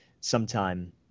sometime